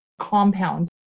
compound